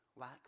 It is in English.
lack